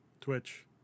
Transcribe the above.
Twitch